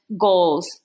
Goals